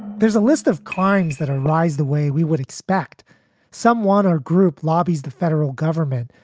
there's a list of crimes that arise the way we would expect someone or group lobbies the federal government,